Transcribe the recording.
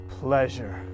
pleasure